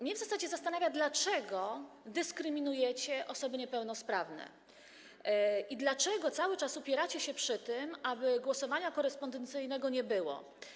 Mnie w zasadzie zastanawia, dlaczego dyskryminujecie osoby niepełnosprawne i dlaczego cały czas upieracie się przy tym, aby głosowania korespondencyjnego nie było.